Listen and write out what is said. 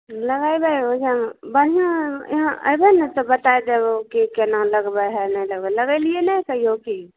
लगैबे ऊहैमे बढ़िऑं इहाँ अयबै ने तऽ बताए देब की केना लगबै हइ नहि लगबे लगेलीयै नहि कहियो की